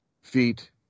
feet